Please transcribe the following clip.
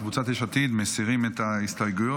קבוצת יש עתיד מסירה את ההסתייגויות.